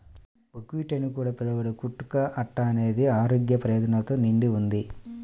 buckwheat అని కూడా పిలవబడే కుట్టు కా అట్ట అనేది ఆరోగ్య ప్రయోజనాలతో నిండి ఉంది